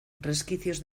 resquicios